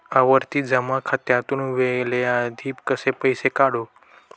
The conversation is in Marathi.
आवर्ती जमा खात्यातून वेळेआधी कसे पैसे काढू?